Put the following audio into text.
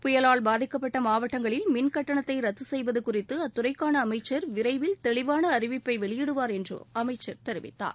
புயலூல் பாதிக்கப்பட்ட மாவட்டங்களில் மின் கட்டணத்தை ரத்து செய்வது குறித்து அத்துறைக்கான அமைச்ச் விரைவில் தெளிவான அறிவிப்பை வெளியிடுவார் என்று அமைச்ச் தெரிவித்தார்